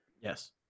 Yes